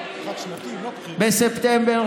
בספטמבר,